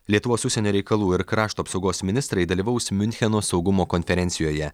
lietuvos užsienio reikalų ir krašto apsaugos ministrai dalyvaus miuncheno saugumo konferencijoje